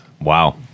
Wow